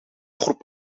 groep